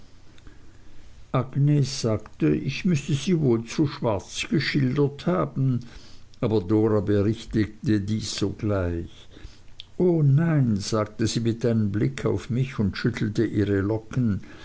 sagte ich müßte sie wohl zu schwarz geschildert haben aber dora berichtigte dies sogleich o nein sagte sie mit einem blick auf mich und schüttelte ihre locken